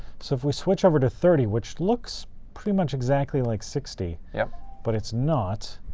so if we switch over to thirty, which looks pretty much exactly like sixty, yeah but it's not.